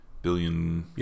billion